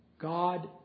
God